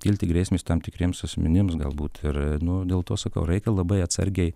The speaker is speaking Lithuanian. kilti grėsmės tam tikriems asmenims galbūt ir nu dėl to sakau reikia labai atsargiai